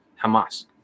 Hamas